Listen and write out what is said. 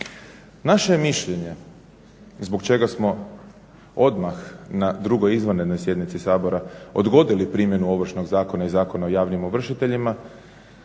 Naše je mišljenje, zbog čega smo odmah na drugoj izvanrednoj sjednici Sabora odgodili primjenu Ovršnog zakona i Zakona o javnim ovršiteljima,